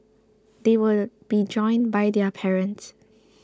they will be joined by their parents